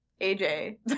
AJ